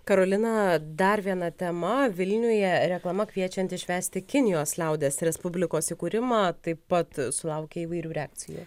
karolina dar viena tema vilniuje reklama kviečianti švęsti kinijos liaudies respublikos įkūrimą taip pat sulaukė įvairių reakcijų